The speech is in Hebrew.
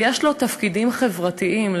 ויש לו תפקידים חברתיים.